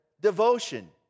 devotion